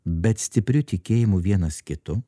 bet stipriu tikėjimu vienas kitu